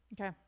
Okay